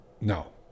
No